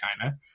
China